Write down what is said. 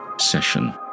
session